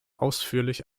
ausführlich